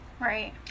right